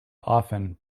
often